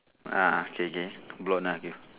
ah K K blond lah you